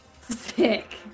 Sick